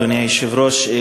אדוני היושב-ראש,